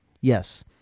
Yes